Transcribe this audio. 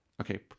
Okay